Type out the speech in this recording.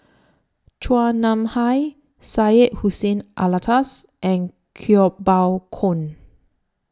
Chua Nam Hai Syed Hussein Alatas and Kuo Pao Kun